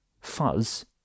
fuzz